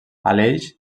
aleix